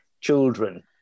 children